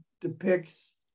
depicts